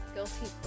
Guilty